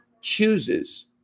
chooses